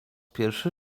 pierwszy